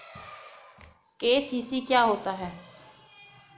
KCC क्या होता है?